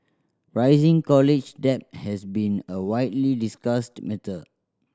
rising college debt has been a widely discussed matter